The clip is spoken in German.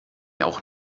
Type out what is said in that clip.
auch